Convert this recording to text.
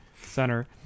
center